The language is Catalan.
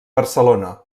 barcelona